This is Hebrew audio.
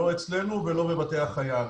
לא אצלנו ולא בבתי החייל.